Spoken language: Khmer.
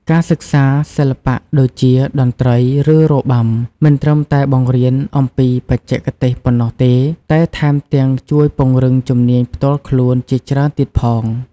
ការសិក្សាសិល្បៈដូចជា តន្ត្រី ឬរបាំ មិនត្រឹមតែបង្រៀនអំពីបច្ចេកទេសប៉ុណ្ណោះទេ តែថែមទាំងជួយពង្រឹងជំនាញផ្ទាល់ខ្លួនជាច្រើនទៀតផង។